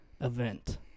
event